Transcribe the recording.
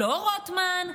לא רוטמן,